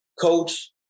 coach